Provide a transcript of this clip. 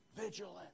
vigilant